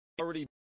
already